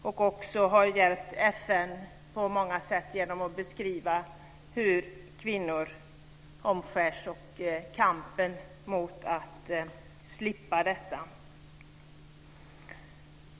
Hon har även hjälpt FN på många sätt genom att beskriva hur kvinnor omskärs och kampen för att slippa detta.